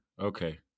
Okay